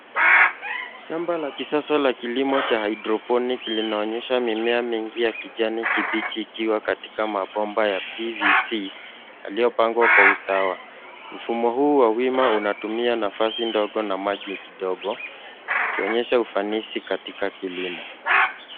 Shamba la kisasa la kilimo cha hydroponic linaonyesha mimea mingi ya kijani kibichi ikiwa katika mabomba ya PVC yaliyopangwa kwa usawa. Mfumo huu wa wima unatumia nafasi ndogo na maji kidogo ikionyesha ufanisi katika kilimo.